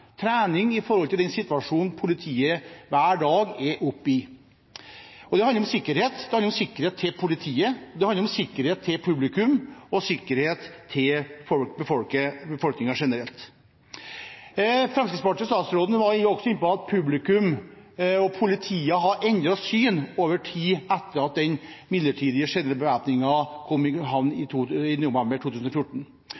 trening, trening i forhold til den situasjonen politiet hver dag er oppe i. Og det handler om sikkerhet – sikkerheten til politiet, sikkerheten til publikum og sikkerheten til befolkningen generelt. Fremskrittspartiet og statsråden var også inne på at publikum og politiet har endret syn over tid, etter at den midlertidige generelle bevæpningen kom i havn i november 2014.